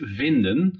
vinden